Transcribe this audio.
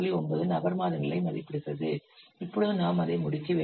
9 நபர் மாதங்களை மதிப்பிடுகிறது இப்பொழுது நாம் அதை முடிக்க வேண்டும்